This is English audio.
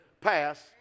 pass